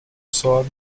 سوال